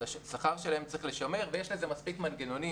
את השכר שלהם צריך לשמר ויש לזה מספיק מנגנונים,